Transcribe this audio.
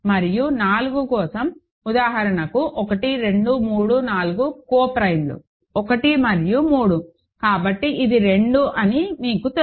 మరియు 4 కోసం ఉదాహరణకు 1 2 3 4లో కో ప్రైమ్ లు 1 మరియు 3 కాబట్టి ఇది 2 అని మీకు తెలుసు